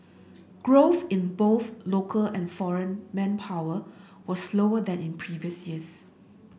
growth in both local and foreign manpower was slower than in previous years